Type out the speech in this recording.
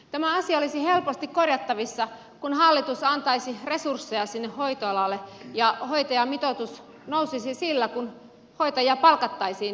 tämä asia olisi helposti korjattavissa kun hallitus antaisi resursseja sinne hoitoalalle ja hoitajamitoitus nousisi sillä kun hoitajia palkattaisiin lisää